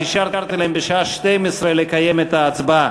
אז אישרתי להם לקיים בשעה 12:00 את ההצבעה.